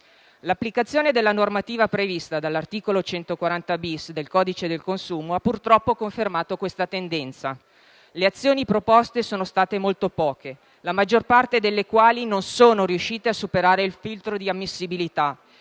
L'applicazione della normativa prevista dall'articolo 140-*bis* del codice del consumo ha purtroppo confermato questa tendenza: le azioni proposte sono state molto poche, la maggior parte delle quali non sono riuscite a superare il filtro di ammissibilità